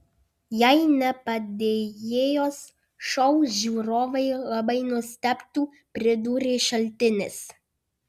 jei ne padėjėjos šou žiūrovai labai nustebtų pridūrė šaltinis